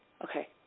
Okay